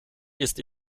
ist